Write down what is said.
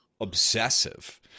obsessive